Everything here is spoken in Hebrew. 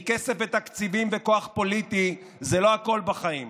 כי כסף ותקציבים וכוח פוליטי זה לא הכול בחיים.